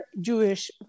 Jewish